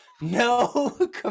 no